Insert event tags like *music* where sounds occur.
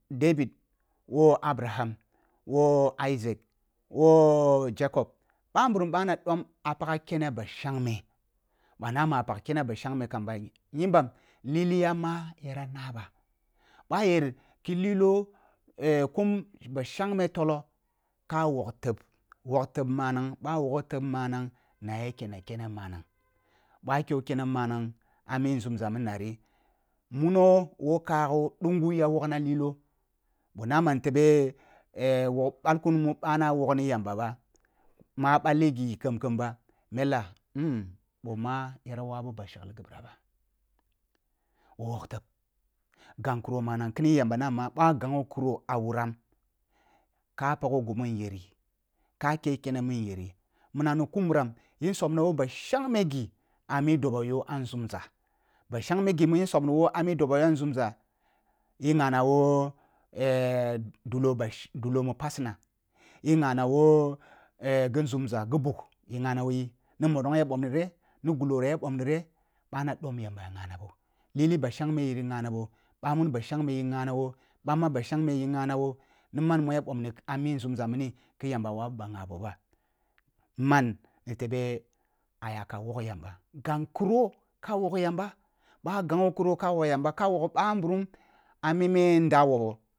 David woh abaraham woh isaac woh jacob ɓa nburum ɓa na ɗom ah pagha kene ba shangme ɓa nama ah pag kene ɓa shengme ba yimbam lili yahma boh naa ba boh ah yer ki lilo *hesitation* kum ba shengme tolloh ka wog teb-wog teb manang ɓah wogha teb manang na ya kene kene manang ɓoh ah kwe kene manang ami nzumza mini nari muno woh kagwo ɗungu ya wogna lilo ɓou bah na ni tebe *hesitation* wog balkun mu ɓana wog ni yamba ba ma balni ghi khem khem ba mele um bou mah yara wawu ba shagliya kam ba wog teb gan kro manag kini yamba mah boh ah gan kro ah wuram ka pagho ghimu jerih ka keh kene mu yerih minam ni ku muram in sub nabo ba shangme ghi ah mi dobo yoh ah nzumza ba shangme ghi ba mu subna bo ah mi dobo you ah nzumza yin ngha na bou *hesitation* dulo basu dulo mu passina yin ngha na boh ghi nzumza ghi bug in ngua na be yi ni mollong bomni reh ni gullo ya ɓomni reh bana dom yamba ya ngha na ɓoh lilih bah shengme yiri ngha na boh banu ba shangme yiri ngha boh bamma ba shangme jiri ngha na boh na man ma ya bom ni ah mu nzumza mini ki yamba ya wawu ba nghi boh ba man ni tebe aya ka wog yamba gham kro ka woh yamba ɓah gbangha kro ka mog yamba ka wog ɓa nburum ah mimi nde webho.